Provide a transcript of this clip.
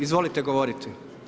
Izvolite govoriti.